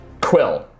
Quill